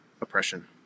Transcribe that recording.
oppression